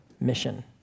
mission